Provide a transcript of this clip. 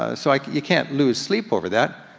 ah so like you can't lose sleep over that,